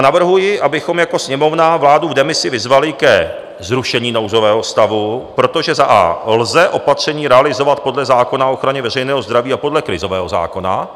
Navrhuji, abychom jako Sněmovna vládu v demisi vyzvali ke zrušení nouzového stavu, protože za a) lze opatření realizovat podle zákona o ochraně veřejného zdraví a podle krizového zákona.